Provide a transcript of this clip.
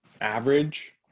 average